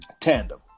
tandem